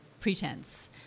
pretense